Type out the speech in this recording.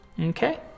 Okay